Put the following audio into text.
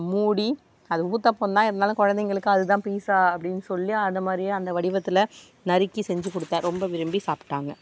மூடி அது ஊத்தாப்பம்தான் இருந்தாலும் குழந்தைங்களுக்கு அதுதான் பீஸ்ஸா அப்படின் சொல்லி அது மாதிரியே அந்த வடிவத்தில் நறுக்கி செஞ்சு கொடுத்தேன் ரொம்ப விரும்பி சாப்பிட்டாங்க